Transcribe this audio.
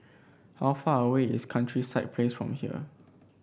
how far away is Countryside Place from here